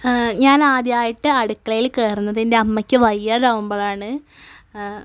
ഞാൻ ആദ്യമായിട്ട് അടുക്കളയിൽ കയറുന്നത് എന്റെ അമ്മയ്ക്ക് വയ്യാതാകുമ്പോഴാണ്